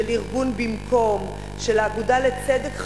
של ארגון "במקום" ושל "האגודה לצדק חלוקתי",